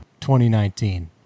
2019